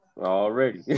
Already